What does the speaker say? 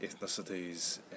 ethnicities